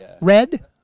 red